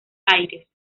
aires